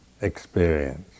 experience